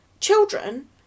Children